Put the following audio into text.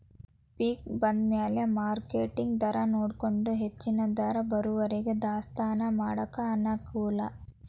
ಪಿಕ್ ಬಂದಮ್ಯಾಲ ಮಾರ್ಕೆಟ್ ದರಾನೊಡಕೊಂಡ ಹೆಚ್ಚನ ದರ ಬರುವರಿಗೂ ದಾಸ್ತಾನಾ ಮಾಡಾಕ ಅನಕೂಲ